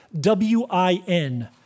W-I-N